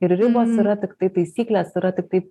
ir ribos yra tiktai taisyklės yra tiktai